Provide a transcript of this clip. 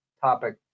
topic